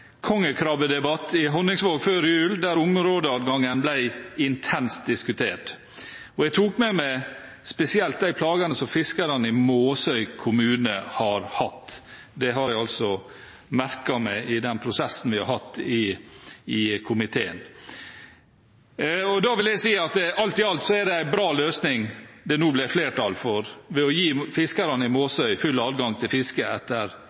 kongekrabbedebatt i Honningsvåg før jul, der områdeadgangen ble intenst diskutert. Jeg tok med meg spesielt de plagene som fiskerne i Måsøy kommune har hatt. Dem har jeg merket meg i den prosessen vi har hatt i komiteen. Jeg vil si at alt i alt er det en bra løsning det nå blir flertall for, ved at en gir fiskerne i Måsøy full adgang til fisket etter